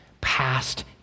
past